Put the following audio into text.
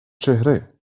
چهره